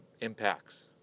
impacts